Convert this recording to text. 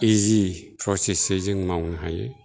इजि प्रसेसै जों मावनो हायो